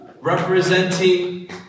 representing